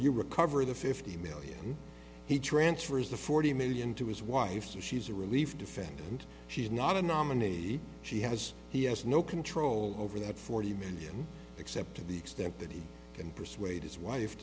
you recover the fifty million he transfers the forty million to his wife so she's a relief defect and she's not a nominee she has he has no control over that for you except to the extent that he can persuade his wife